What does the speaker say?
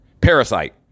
Parasite